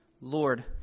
Lord